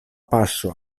paŝo